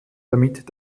damit